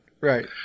right